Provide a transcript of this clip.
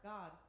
God